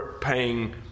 paying